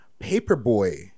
paperboy